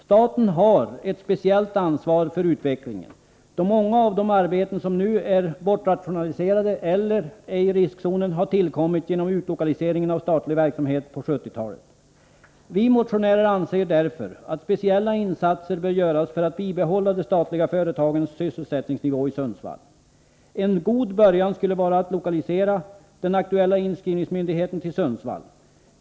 Staten har ett speciellt ansvar för utvecklingen, då många av de arbeten som nu är bortrationaliserade eller befinner sig i riskzonen har tillkommit genom utlokaliseringen av statlig verksamhet på 1970-talet. Vi motionärer anser därför att speciella insatser bör göras för att bibehålla de statliga företagens sysselsättningsnivå i Sundsvall. En god början skulle vara att lokalisera den aktuella inskrivningsmyndigheten till Sundsvall.